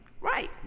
Right